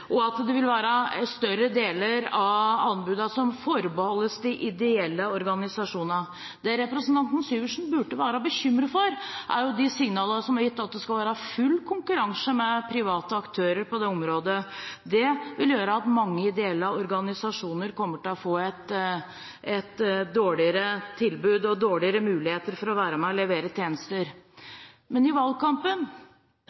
den nye regjeringen vil følge opp den avtalen, for den legger også til grunn at vi skal forlenge anbudene, at det skal være flere anbud som gjelder lengre tidsperioder, og at større deler av anbudene skal forbeholdes de ideelle organisasjonene. Det representanten Syversen burde være bekymret for, er de signalene som er gitt om at det skal være full konkurranse med private aktører på det området. Det vil gjøre at mange ideelle organisasjoner kommer til